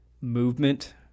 movement